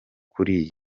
kuri